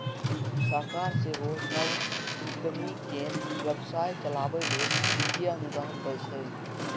सरकार सेहो नव उद्यमी कें व्यवसाय चलाबै लेल वित्तीय अनुदान दै छै